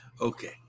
Okay